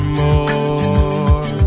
more